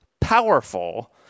powerful